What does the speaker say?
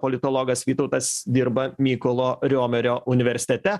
politologas vytautas dirba mykolo riomerio universitete